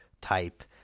type